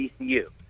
ECU